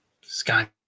Sky